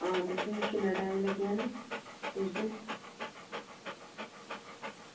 आं तुसेंगी किन्ना टाइम लग्गी जाना पुजदे